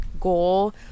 goal